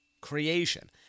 creation